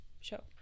show